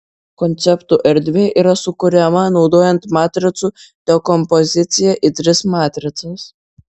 konceptų erdvė yra sukuriama naudojant matricų dekompoziciją į tris matricas